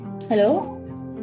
Hello